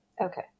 Okay